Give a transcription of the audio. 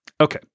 Okay